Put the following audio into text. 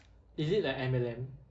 is it like M_L_M